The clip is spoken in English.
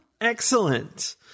Excellent